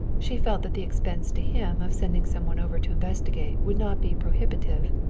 she felt that the expense to him of sending some one over to investigate would not be prohibitive,